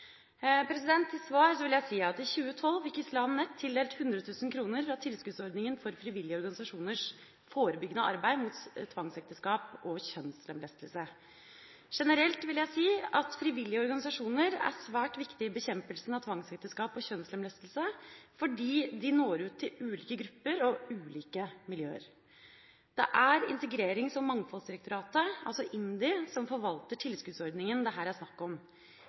svar vil jeg si at Islam Net i 2012 fikk tildelt 100 000 kr fra tilskuddsordninga for frivillige organisasjoners forebyggende arbeid mot tvangsekteskap og kjønnslemlestelse. Generelt vil jeg si at frivillige organisasjoner er svært viktige i bekjempelsen av tvangsekteskap og kjønnslemlestelse, fordi de når ut til ulike grupper og ulike miljøer. Det er Integrerings- og mangfoldsdirektoratet, IMDi, som forvalter tilskuddsordninga det her er snakk om.